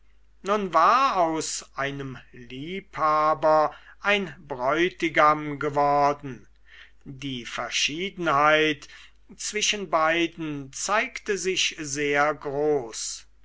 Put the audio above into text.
nun war aus einem liebhaber ein bräutigam geworden die verschiedenheit zwischen beiden zeigte sich sehr groß